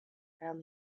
found